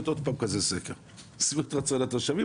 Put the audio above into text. עוד פעם סקר כזה של שביעות רצון התושבים.